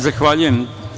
Zahvaljujem.